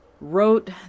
wrote